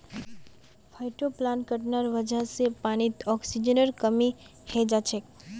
फाइटोप्लांकटनेर वजह से पानीत ऑक्सीजनेर कमी हैं जाछेक